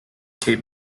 kate